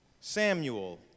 Samuel